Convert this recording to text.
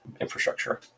infrastructure